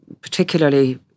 particularly